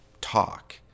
talk